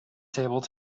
table